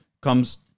comes